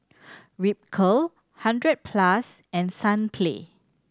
Ripcurl Hundred Plus and Sunplay